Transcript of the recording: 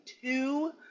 two